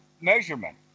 measurement